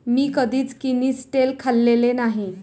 मी कधीच किनिस्टेल खाल्लेले नाही